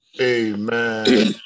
Amen